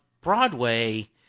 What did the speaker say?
Broadway